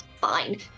fine